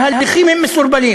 ההליכים מסורבלים